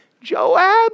Joab